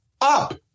up